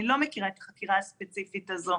אני לא מכירה את החקירה הספציפית הזאת.